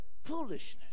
Foolishness